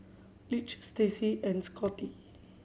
Lige Stacey and Scotty